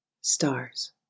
stars